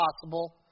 possible